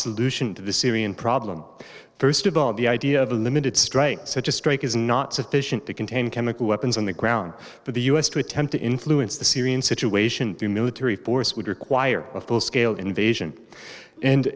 solution to the syrian problem first of all the idea of a limited strike such a strike is not sufficient to contain chemical weapons on the ground for the us to attempt to influence the syrian situation through military force would require a full scale invasion and